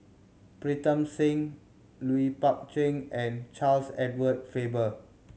Pritam Singh Lui Pao Chuen and Charles Edward Faber